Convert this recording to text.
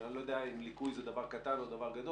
אני לא יודע אם ליקוי זה דבר קטן או דבר גדול,